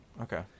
Okay